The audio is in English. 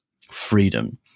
freedom